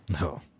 No